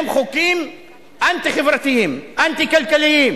הם חוקים אנטי-חברתיים, אנטי-כלכליים.